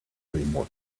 more